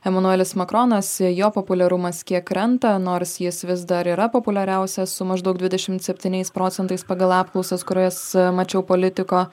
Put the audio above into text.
emanuelis makronas jo populiarumas kiek krenta nors jis vis dar yra populiariausias su maždaug dvidešim septyniais procentais pagal apklausas kurias mačiau politiko